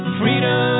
freedom